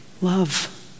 Love